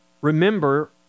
remember